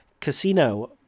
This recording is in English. casino